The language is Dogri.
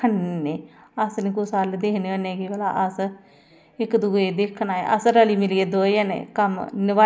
घट्ट गै दिंदे जेह्दै चा सौ दऊं सौ रपेआ साढ़ा कराया लग्गी जंदा उत्थें पजाने दा जे घर दिन्नेआं उसी ते ओह्